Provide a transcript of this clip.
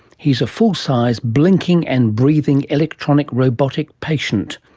he's a full-size, blinking and breathing electronic robotic patient.